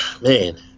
man –